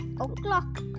o'clock